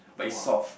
but it's soft